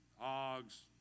OGS